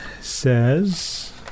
says